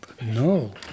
No